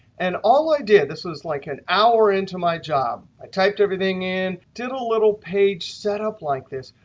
and all i did this was like an hour into my job i typed everything in, did a little page setup like this,